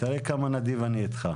תראה כמה נדיב אני איתך.